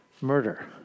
murder